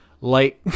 light